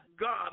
God